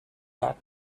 that